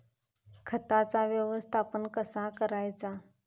खताचा व्यवस्थापन कसा करायचा?